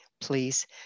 Please